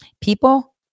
People